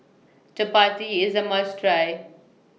Chapati IS A must Try